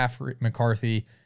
McCarthy